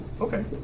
okay